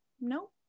no